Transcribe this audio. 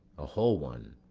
a whole one,